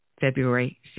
February